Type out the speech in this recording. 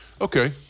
Okay